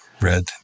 red